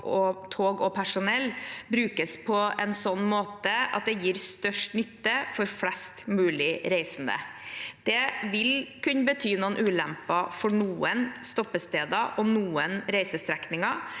tog og personell brukes på en sånn måte at det gir størst nytte for flest mulig reisende. Det vil kunne bety noen ulemper for noen stoppesteder og noen reisestrekninger,